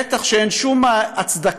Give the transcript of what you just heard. בטח שאין שום הצדקה,